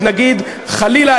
חלילה,